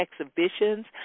exhibitions